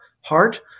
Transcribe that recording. heart